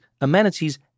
amenities